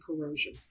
corrosion